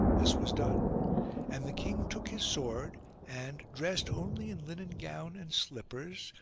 this was done and the king took his sword and, dressed only in linen gown and slippers,